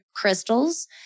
crystals